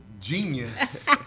genius